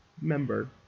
Member